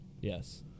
Yes